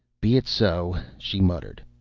be it so she muttered.